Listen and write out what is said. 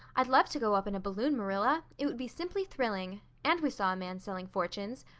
i'd love to go up in a balloon, marilla it would be simply thrilling and we saw a man selling fortunes.